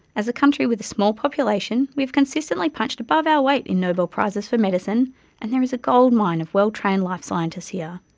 as a country with a small population, we have consistently punched above our weight in nobel prizes for medicine and there is goldmine of well-trained life scientists here.